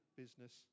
business